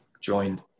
joined